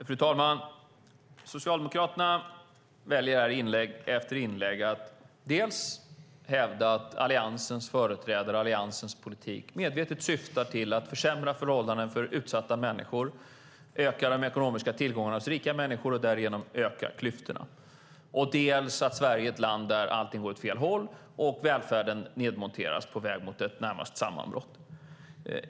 Fru talman! Socialdemokraterna väljer här i inlägg efter inlägg att hävda dels att Alliansens företrädare och Alliansens politik medvetet syftar till att försämra förhållandena för utsatta människor, till att öka rika människors ekonomiska tillgångar och därigenom till att öka klyftorna, dels att Sverige är ett land där allting går åt fel håll och där välfärden nedmonteras och närmast är på väg mot ett sammanbrott.